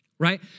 right